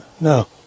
No